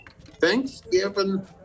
Thanksgiving